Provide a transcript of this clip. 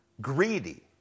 greedy